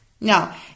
Now